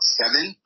seven